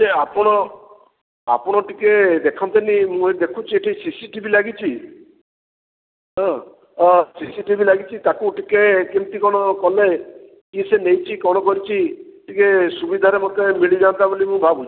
ଟିକେ ଆପଣ ଆପଣ ଟିକେ ଦେଖନ୍ତେନି ମୁଁ ଏ ଦେଖୁଛି ଏଠି ସିସି ଟିଭି ଲାଗିଛି ହଁ ସିସି ଟିଭି ଲାଗିଛି ତାକୁ ଟିକେ କେମିତି କଣ କଲେ କିଏ ସେ ନେଇଛି କଣ କରିଛି ଟିକେ ସୁବିଧାରେ ମୋତେ ମିଳିଯାଆନ୍ତା ବୋଲି ମୁଁ ଭାବୁଛି